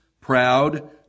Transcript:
proud